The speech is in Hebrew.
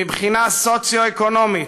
מבחינה סוציו-אקונומית,